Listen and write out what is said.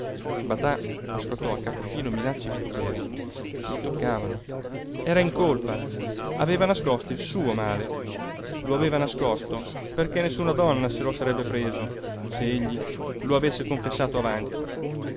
passo batà ascoltò a capo chino minacce e vituperii gli toccavano era in colpa aveva nascosto il suo male lo aveva nascosto perché nessuna donna se lo sarebbe preso se egli lo avesse confessato avanti